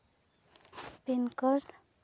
pin code